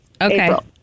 April